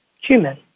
human